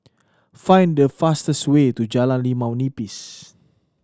find the fastest way to Jalan Limau Nipis